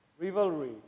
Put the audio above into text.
rivalry